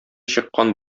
чыккан